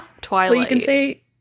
Twilight